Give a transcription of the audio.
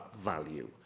value